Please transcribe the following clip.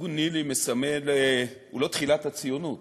ארגון ניל"י מסמל, הוא לא תחילת הציונות,